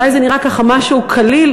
אולי זה נראה ככה משהו קליל,